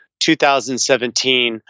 2017